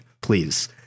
Please